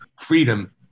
Freedom